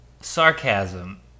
sarcasm